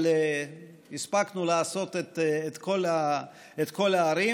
אבל הספקנו לעשות את כל הערים.